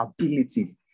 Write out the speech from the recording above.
ability